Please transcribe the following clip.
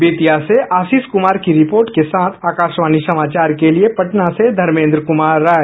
बेतिया से आशीष कुमार की रिपोर्ट के साथ आकाशवाणी समाचार के लिए धर्मेन्द्र कुमार राय